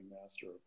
master